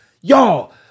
Y'all